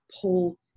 pull